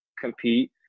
compete